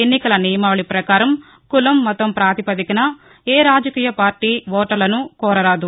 ఎన్నికల నియమావళి ప్రకారం కులం మతం ప్రాతిపదికన ఏ రాజకీయ పార్టీ ఓటర్లను కోరరాదు